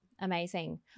Amazing